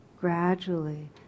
Gradually